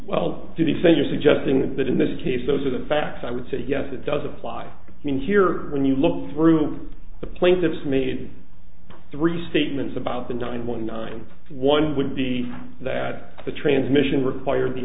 well to be so you're suggesting that in this case those are the facts i would say yes it does apply here when you look through the plaintiff's maybe three statements about been done in one nine one would be that the transmission required the